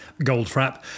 goldfrapp